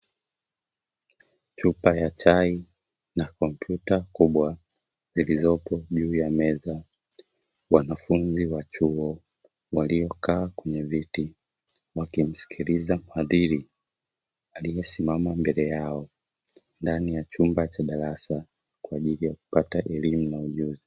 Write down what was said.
Chupa ya chai na kompyuta kubwa zilizopo juu ya meza, wanafunzi wa chuo waliokaa kwenye viti, wakimskiliza mhadhiri aliyesimama mbele yao, ndani ya chumba cha darasa kwa ajili ya kupata elimu na ujuzi.